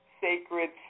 sacred